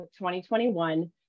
2021